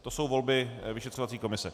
To jsou volby vyšetřovací komise.